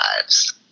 lives